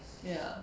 ya